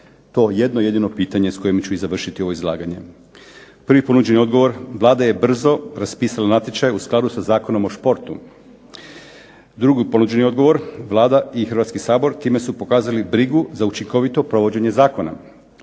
to jedno jedino pitanje s kojim ću i završiti ovo izlaganje. Prvi ponuđeni odgovor – Vlada je brzo raspisala natječaj u skladu sa Zakonom o športu. Drugi ponuđeni odgovor – Vlada i Hrvatski sabor time su pokazali brigu za učinkovito provođenje zakona.